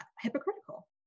hypocritical